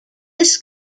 this